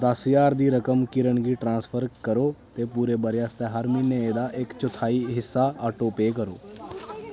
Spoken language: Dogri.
दस ज्हार दी रकम किरण गी ट्रांसफर करो ते पूरे ब'रे आस्तै हर म्हीनै एह्दा इक चौथाई हिस्सा ऑटो पेऽ करो